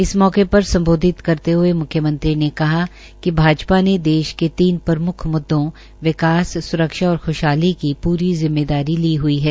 इस मौके पर सम्बोधित करते हये म्ख्यमंत्री ने कहा कि भाजपा ने देश के तीन प्रमुख मुद्दो विकास सुरक्षा और ख्शहाली की पूरी जिम्मेदारी ली हई है